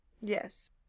Yes